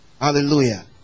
Hallelujah